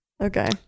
okay